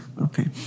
Okay